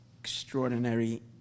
extraordinary